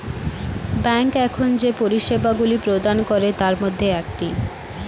bank এখন যে পরিষেবাগুলি প্রদান করে তার মধ্যে একটি